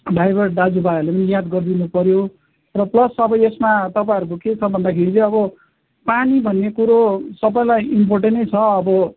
driver दाजुभाइहरूले पनि याद गरिदिनु पर्यो र प्लस अब यसमा तपाईँहरूको के छ भन्दाखेरि चाहिँ अब पानी भन्ने कुरो सबैलाई इम्पोर्टेन्टै छ अब